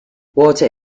water